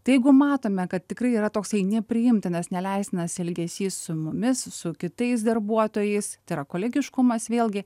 tai jeigu matome kad tikrai yra toksai nepriimtinas neleistinas elgesys su mumis su kitais darbuotojais tai yra kolegiškumas vėlgi